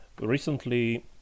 Recently